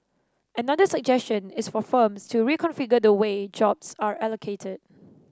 another suggestion is for firms to reconfigure the way jobs are allocated